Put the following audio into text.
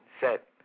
set